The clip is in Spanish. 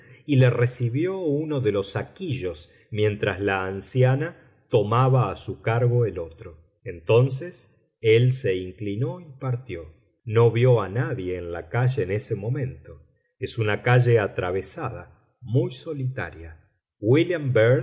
y le recibió uno de los saquillos mientras la anciana tomaba a su cargo el otro entonces él se inclinó y partió no vió a nadie en la calle en ese momento es una calle atravesada muy solitaria wílliam